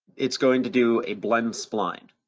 it's going to do a blend spline.